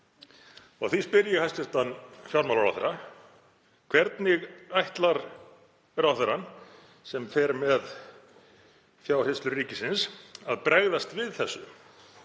Því spyr ég hæstv. fjármálaráðherra: Hvernig ætlar ráðherrann, sem fer með fjárhirslur ríkisins, að bregðast við þessu?